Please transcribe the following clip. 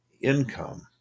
income